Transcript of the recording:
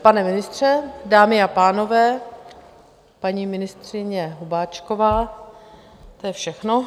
Pane ministře, dámy a pánové, paní ministryně Hubáčková, to je všechno.